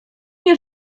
nie